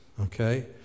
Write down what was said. okay